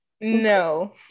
No